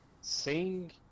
Sing